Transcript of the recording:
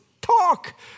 talk